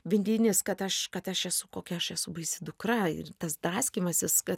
vidinis kad aš kad aš esu kokia aš esu baisi dukra ir tas draskymasis kad